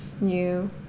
new